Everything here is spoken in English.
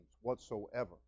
whatsoever